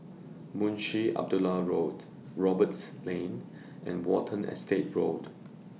Munshi Abdullah Walk Roberts Lane and Watten Estate Road